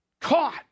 caught